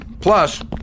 Plus